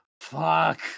Fuck